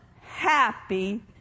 happy